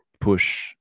push